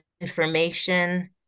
information